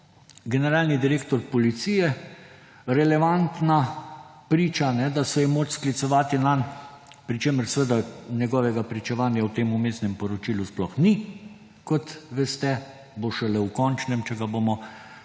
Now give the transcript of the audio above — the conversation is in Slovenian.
generalni direktor policije relevantna priča, da se je moč sklicevati nanj, pri čemer seveda njegovega pričevanja v tem Vmesnem poročilu ni, kot veste, bo šele v končnem, če ga bomo